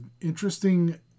interesting